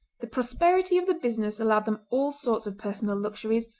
the prosperity of the business allowed them all sorts of personal luxuries,